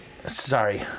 Sorry